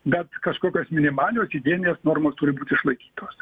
bet kažkokios minimalios higieninės normos turi būti išlaikytos